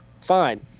Fine